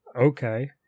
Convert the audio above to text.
okay